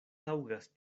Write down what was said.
taŭgas